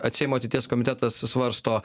atsiejimo ateities komitetas svarsto